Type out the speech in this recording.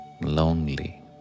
lonely